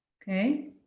okay?